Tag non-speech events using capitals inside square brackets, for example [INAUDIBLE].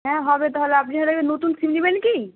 হ্যাঁ হবে তাহলে আপনি [UNINTELLIGIBLE] নতুন সিম নেবেন কি